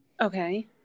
Okay